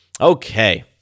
Okay